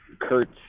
kurt